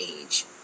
age